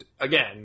again